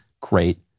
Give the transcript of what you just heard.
great